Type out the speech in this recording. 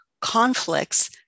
conflicts